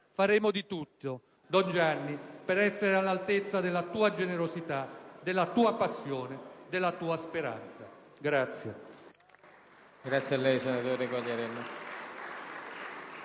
Faremo di tutto, don Gianni, per essere all'altezza della tua generosità, della tua passione e della tua speranza!